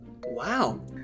Wow